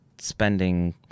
spending